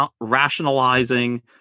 rationalizing